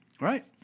right